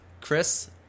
Chris